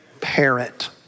Parent